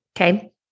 okay